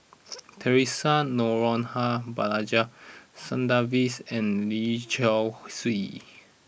Theresa Noronha Balaji Sadasivans and Lee Seow Ser